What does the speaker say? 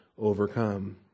overcome